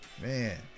man